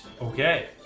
Okay